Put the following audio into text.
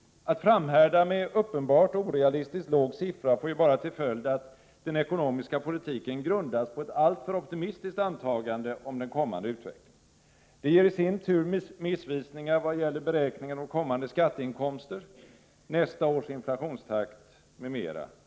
Att framhärda med en uppenbarligen orealistiskt låg siffra får ju bara till följd att den ekonomiska politiken grundas på ett alltför optimistiskt antagande om den kommande utvecklingen. Det ger i sin tur missvisningar vad gäller beräkningar om kommande skatteinkomster, nästa års inflationstakt m.m.